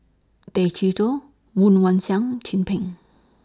Tay Chee Toh Woon Wah Siang Chin Peng